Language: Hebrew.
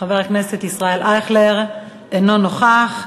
חבר הכנסת ישראל אייכלר אינו נוכח.